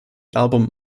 album